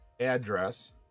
address